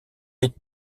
est